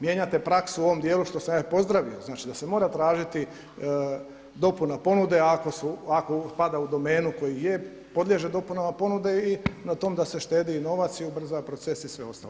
Mijenjate praksu u ovom dijelu što sam ja i pozdravio znači da se mora tražiti dopuna ponude ako pada u domenu koji je podliježe dopunama ponude i na tom da se štedi novac i ubrza proces i sve ostalo.